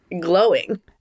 Glowing